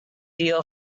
deal